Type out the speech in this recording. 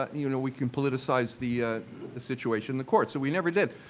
you know, we can politicize the the situation in the court, so we never did.